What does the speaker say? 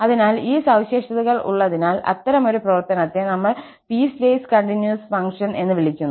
അതിനാൽ ഈ സവിശേഷതകൾ ഉള്ളതിനാൽ അത്തരമൊരു പ്രവർത്തനത്തെ നമ്മൾ പീസ്വേസ് കണ്ടിന്യൂസ് ഫംഗ്ഷൻ എന്ന് വിളിക്കുന്നു